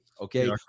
Okay